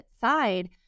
side